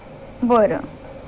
बरं